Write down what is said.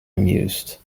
amused